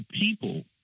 people